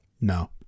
No